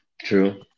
true